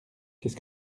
qu’est